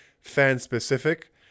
fan-specific